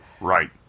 Right